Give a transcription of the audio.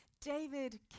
David